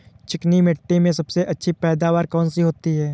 चिकनी मिट्टी में सबसे अच्छी पैदावार कौन सी होती हैं?